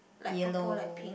yellow